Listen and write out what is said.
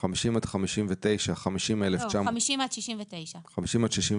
ככל שיהיו